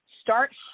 start